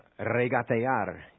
Regatear